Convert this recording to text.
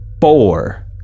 four